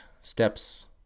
steps